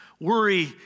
Worry